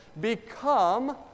become